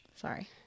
sorry